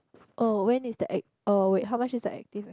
oh when is the ac~ oh wait how much is the active